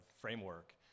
framework